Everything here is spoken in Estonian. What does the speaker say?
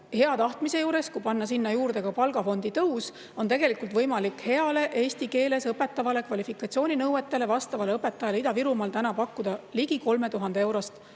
Hea tahtmise juures, kui panna sinna juurde ka palgafondi tõus, on võimalik heale eesti keeles õpetavale kvalifikatsiooninõuetele vastavale õpetajale pakkuda täna Ida-Virumaal ligi 3000-eurost